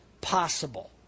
possible